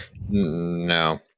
No